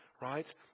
right